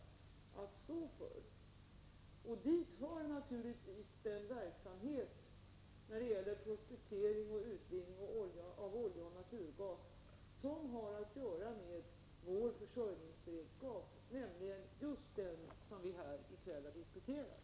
Dit hör naturligtvis den verksamhet när det gäller prospektering och utvinning av olja och naturgas som har att göra med vår försörjningsberedskap och som vi har diskuterat här i kväll.